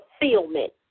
fulfillment